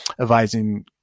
advising